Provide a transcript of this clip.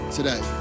today